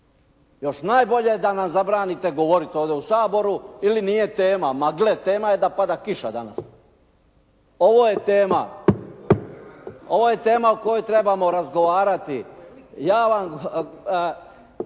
Još najbolje da nam zabranite govoriti ovdje u Saboru ili nije tema, ma gle tema je da pada kiša danas. Ovo je tema. Ovo je tema o kojoj trebamo razgovarati. Zaboravite